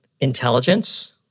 intelligence